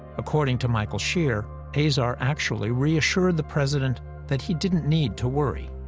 according to michael shear, azar actually reassured the president that he didn't need to worry.